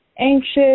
anxious